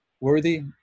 worthy